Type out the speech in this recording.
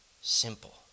simple